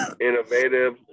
innovative